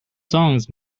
songs